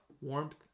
warmth